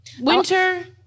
Winter